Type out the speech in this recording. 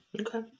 Okay